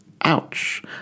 ouch